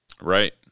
Right